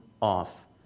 off